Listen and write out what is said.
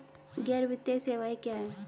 गैर वित्तीय सेवाएं क्या हैं?